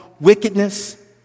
wickedness